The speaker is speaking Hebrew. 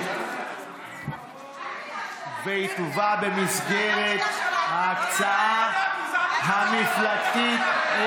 והיא תובא במסגרת ההקצאה המפלגתית.